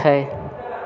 छै